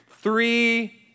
Three